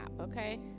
okay